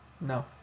No